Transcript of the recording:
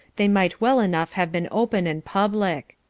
they might well enough have been open and public.